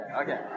okay